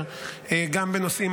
גם בנושא האזנות הסתר,